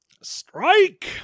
Strike